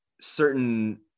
certain